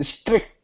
strict